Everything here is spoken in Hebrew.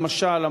למשל,